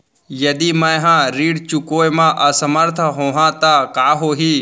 यदि मैं ह ऋण चुकोय म असमर्थ होहा त का होही?